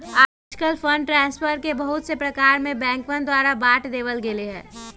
आजकल fund transfer के बहुत से प्रकार में बैंकवन द्वारा बांट देवल गैले है